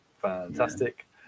Fantastic